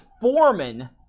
foreman